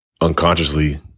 unconsciously